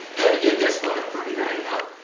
better give this one a pretty name, though.